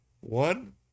One